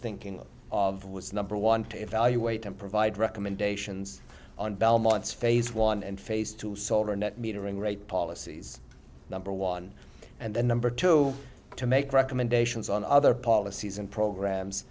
thinking of was number one to evaluate and provide recommendations on belmont's phase one and phase two solver net metering rate policies number one and then number two to make recommendations on other policies and programs